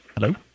Hello